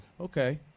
Okay